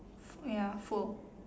ya full